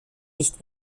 nicht